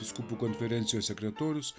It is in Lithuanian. vyskupų konferencijos sekretorius